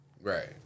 right